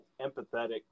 empathetic